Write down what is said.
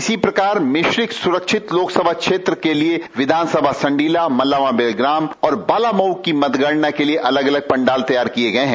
इसी प्रकार मिश्रिख सुरक्षित लोकसभा क्षेत्र के लिए विधानसभा संडीलामल्लावा बिलग्राम और बालामऊ की मतगणना के लिए अलग अलग पंडाल तैयार किए गए हैं